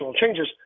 changes